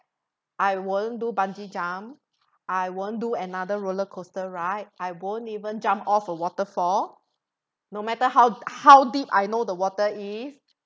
I won't do bungee jump I won't do another rollercoaster ride I won't even jump off a waterfall no matter how how deep I know the water is